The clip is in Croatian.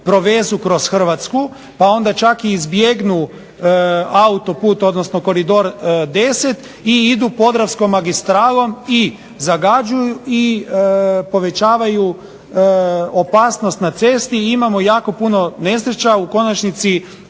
provezu kroz Hrvatsku pa onda čak i izbjegnu autoput, odnosno Koridor X i idu Podravskom magistralom i zagađuju i povećavaju opasnost na cesti. I imamo jako puno nesreća. U konačnici